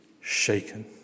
shaken